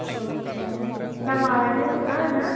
अ अ दामआ एसे खमना ओजा